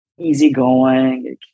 easygoing